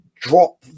drop